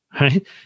right